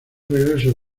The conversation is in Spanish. regreso